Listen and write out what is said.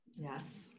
Yes